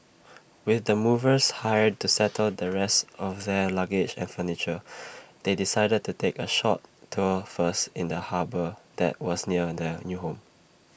with the movers hired to settle the rest of their luggage and furniture they decided to take A short tour first in the harbour that was near their new home